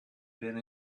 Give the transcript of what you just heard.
been